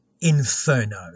Inferno